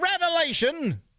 revelation